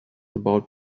about